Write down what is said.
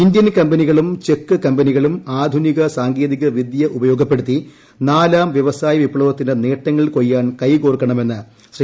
Indian കമ്പനികളും ചെക്ക് കമ്പനികളും ആധുനിക സാങ്കേതികവിദ്യ ഉപയോഗപ്പെടുത്തി നാലാം വ്യവസായ വിപ്ലവത്തിന്റെ നേട്ടങ്ങൾ കൊയ്യാൻ കൈകോർക്കണമെന്ന് ശ്രീ